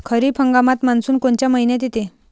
खरीप हंगामात मान्सून कोनच्या मइन्यात येते?